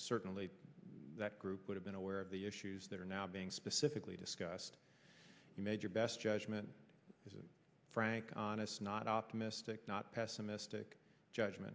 certainly that group could have been aware of the issues that are now being specifically discussed you made your best judgment frank honest not optimistic not pessimistic judgment